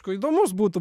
k įdomus būtų